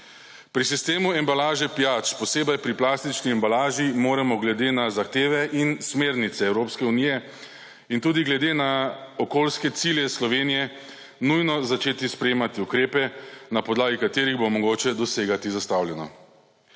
Pri sistemu embalaže pijač, posebej pri plastični embalaži moramo glede na zahteve in smernice Evropske unije in tudi glede na okoljske cilje Slovenije nujno začeti sprejemati ukrepe, na podlagi katerih bo mogoče dosegati zastavljeno.